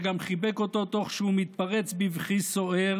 שגם חיבק אותו תוך שהוא מתפרץ בבכי סוער